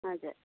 हजुर